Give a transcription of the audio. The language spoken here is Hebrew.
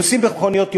נוסעים במכוניות יוקרה,